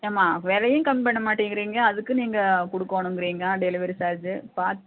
ஏம்மா விலையும் கம்மி பண்ண மாட்டேங்கிறீங்க அதுக்கும் நீங்கள் கொடுக்கோணுங்குறீங்க டெலிவரி சார்ஜூ